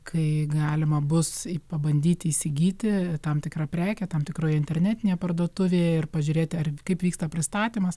kai galima bus pabandyti įsigyti tam tikrą prekę tam tikroje internetinėje parduotuvėje ir pažiūrėti kaip vyksta pristatymas